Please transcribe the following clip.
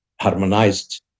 harmonized